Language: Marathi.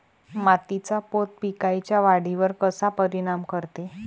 मातीचा पोत पिकाईच्या वाढीवर कसा परिनाम करते?